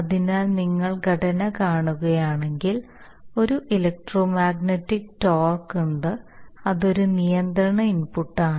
അതിനാൽ നിങ്ങൾ ഘടന കാണുകയാണെങ്കിൽ ഒരു ഇലെക്റ്റ്റോമാഗ്നെറ്റിക് ടോർക്ക് ഉണ്ട് അത് ഒരു നിയന്ത്രണ ഇൻപുട്ടാണ്